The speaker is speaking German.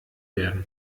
werden